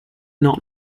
not